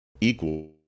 equal